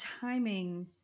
timing